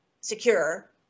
secure